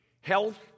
Health